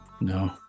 No